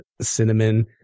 cinnamon